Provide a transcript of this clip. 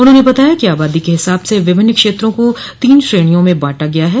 उन्होंने बताया कि आबादी के हिसाब से विभिन्न क्षेत्रों को तीन श्रेणियों में बांटा गया है